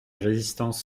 résistances